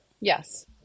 Yes